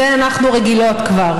לזה אנחנו רגילות כבר,